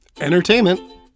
entertainment